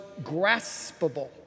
graspable